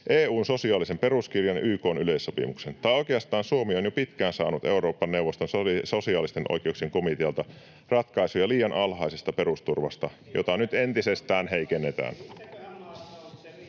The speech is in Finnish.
EU:n sosiaalisen peruskirjan ja YK:n yleissopimuksen. Tai oikeastaan Suomi on jo pitkään saanut Euroopan neuvoston sosiaalisten oikeuksien komitealta ratkaisuja liian alhaisesta perusturvasta, jota nyt entisestään heikennetään.